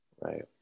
right